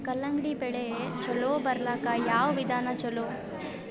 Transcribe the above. ಕಲ್ಲಂಗಡಿ ಬೆಳಿ ಚಲೋ ಬರಲಾಕ ಯಾವ ವಿಧಾನ ಚಲೋ?